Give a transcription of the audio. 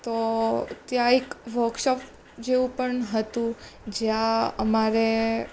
તો ત્યાં એક વર્કશૉપ જેવું પણ હતું જ્યાં અમારે